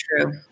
true